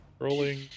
Rolling